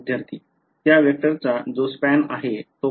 विद्यार्थीः त्या वेक्टरचा जो स्पॅन आहे तो